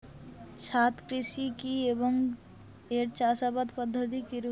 ছাদ কৃষি কী এবং এর চাষাবাদ পদ্ধতি কিরূপ?